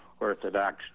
orthodox